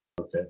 Okay